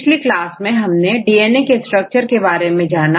पिछली क्लास में हमने डीएनए के स्ट्रक्चर के बारे में जाना